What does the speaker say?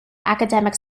academic